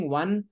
one